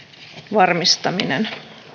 varmistaminen